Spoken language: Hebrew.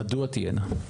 מדוע תהיינה?